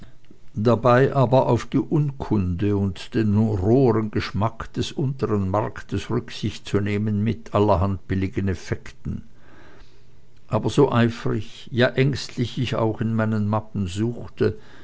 dabei aber auf die urkunde und den rohern geschmack des untern marktes rücksicht zu nehmen mit allerhand billigen effekten aber so eifrig ja ängstlich ich auch in meinen mappen suchte